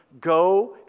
go